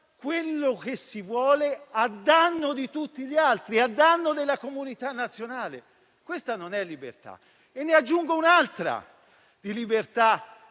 quello che si vuole a danno di tutti gli altri, a danno della comunità nazionale. Questa non è libertà. E aggiungo un'altra libertà